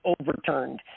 overturned